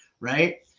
Right